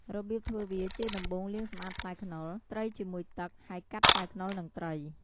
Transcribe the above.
របៀបធ្វើវា ជាដំបូងលាងសម្អាតផ្លែខ្នុរ ត្រីជាមួយទឹក ហើយកាត់ផ្លែខ្នុរនិងត្រី។